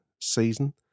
season